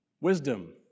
Wisdom